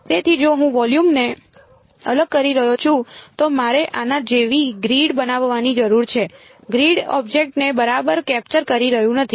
તેથી જો હું વોલ્યુમને અલગ કરી રહ્યો છું તો મારે આના જેવી ગ્રીડ બનાવવાની જરૂર છે ગ્રીડ ઑબ્જેક્ટને બરાબર કેપ્ચર કરી રહ્યું નથી